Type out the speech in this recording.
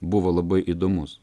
buvo labai įdomus